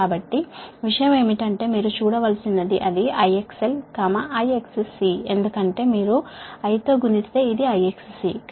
కాబట్టి విషయం ఏమిటంటే మీరు చూడవలసినది అది IXL ఈ IXC ఎందుకంటే మీరు I తో గుణిస్తే ఇది IXC